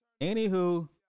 anywho